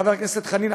חבר הכנסת חנין,